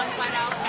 side out,